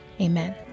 amen